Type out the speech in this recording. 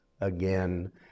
again